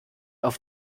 auf